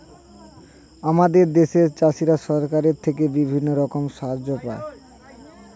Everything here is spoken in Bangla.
আমাদের দেশের চাষিরা সরকারের থেকে বিভিন্ন রকমের সাহায্য পায়